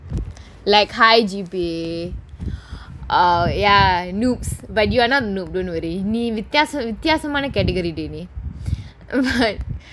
like high G_P_A err ya noobs but you not noob don't worry நீ வித்தியாச வித்தியாசமான:nee vithiyaasa vithiyaasamaana category டி நீ:di nee ya